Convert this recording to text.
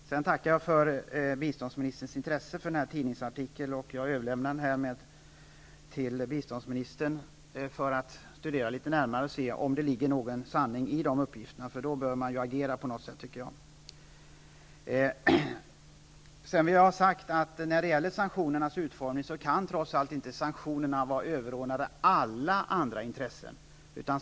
Vidare tackar jag biståndsministerns för det intresse som han visar för den aktuella tidningsartikeln, vilken jag överlämnar till biståndsministern. Då kan han studera den litet närmare och se om det finns någon sanning i de lämnade uppgifterna. Om så är fallet, tycker jag att man på något sätt bör agera. När det gäller sanktionernas utformning vill jag säga att dessa trots allt inte kan vara överordnade alla andra intressen.